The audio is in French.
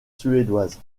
suédoise